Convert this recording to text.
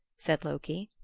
said loki.